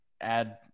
add